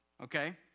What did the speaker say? okay